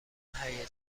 هیجان